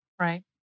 Right